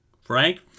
Frank